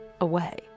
away